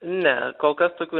ne kol kas tokių